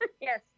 Yes